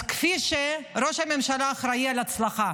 אז כפי שראש הממשלה אחראי להצלחה